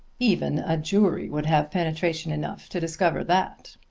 even a jury would have penetration enough to discover that.